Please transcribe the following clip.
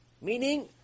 Meaning